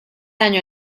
año